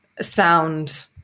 sound